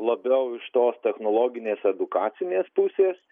labiau iš tos technologinės edukacinės pusės